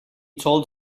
told